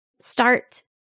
start